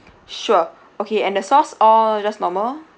sure okay and the sauce all just normal